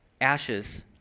ashes